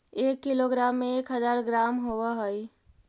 एक किलोग्राम में एक हज़ार ग्राम होव हई